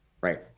right